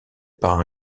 par